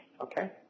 Okay